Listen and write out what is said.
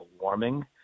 warming